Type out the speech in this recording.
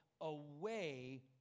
away